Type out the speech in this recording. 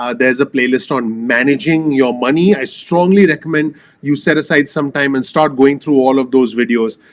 ah there's a playlist on managing your money i strongly recommend you set aside some time and start going through all of those videos.